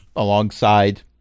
alongside